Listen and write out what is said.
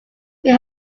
may